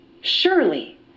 Surely